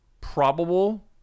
Probable